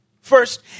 First